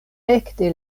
ekde